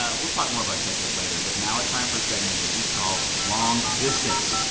ah we'll talk more about ketchup later. but now it's time for a segment that we call long distance